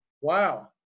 Wow